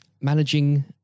managing